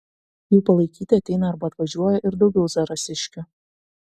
jų palaikyti ateina arba atvažiuoja ir daugiau zarasiškių